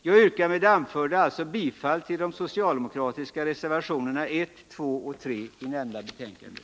Jag yrkar alltså med det anförda bifall till de socialdemokratiska reservationerna 1, 2 och 3 i nämnda betänkande.